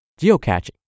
Geocaching